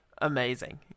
Amazing